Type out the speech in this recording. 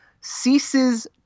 ceases